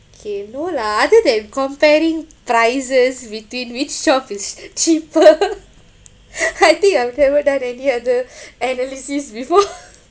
kay no lah other than comparing prices between which shop is cheaper I think I've never done any other analysis before